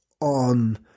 on